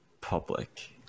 public